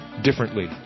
differently